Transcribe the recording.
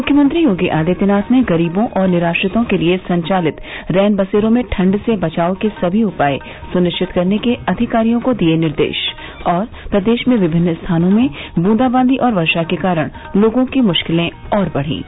मुख्यमंत्री योगी आदित्यनाथ ने गरीबों और निराश्रितों के लिए संचालित रैनबसेरों में ठंड से बचाव के सभी उपाय सुनिष्चित करने के अधिकारियों को दिए निर्देष प्रदेष में विभिन्न स्थानों में बूंदाबांदी और वर्शा के कारण लोगों की मुष्किलें और बढ़ीं